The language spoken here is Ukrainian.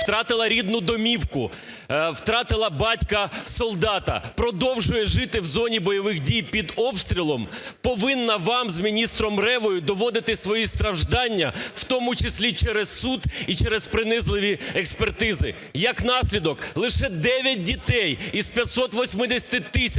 втратила рідну домівку, втратила батька-солдата, продовжує жити в зоні бойових дій під обстрілом, повинна вам з міністром Ревою доводити свої страждання, в тому числі через суд і через принизливі експертизи. Як наслідок, лише 9 дітей із 580 тисяч